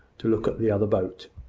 to look at the other boat.